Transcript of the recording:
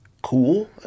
cool